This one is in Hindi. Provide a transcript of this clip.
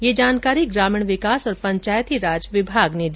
यह जानकारी ग्रामीण विकास और पंचायती राज विभाग ने दी है